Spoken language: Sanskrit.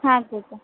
हा अग्रज